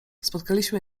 spotkaliśmy